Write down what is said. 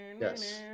yes